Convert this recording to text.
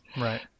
Right